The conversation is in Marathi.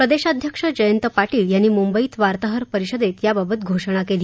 प्रदेशाध्यक्ष जयंत पाटील यांनी मुंबईत वार्ताहर परिषदेत याबाबत घोषणा केली